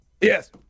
Yes